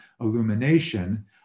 illumination